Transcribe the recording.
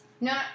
No